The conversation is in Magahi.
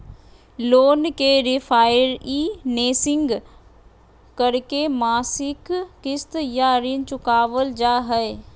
लोन के रिफाइनेंसिंग करके मासिक किस्त या ऋण चुकावल जा हय